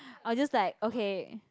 I'll just like okay